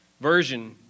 version